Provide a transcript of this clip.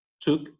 took